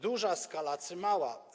Duża skala czy mała?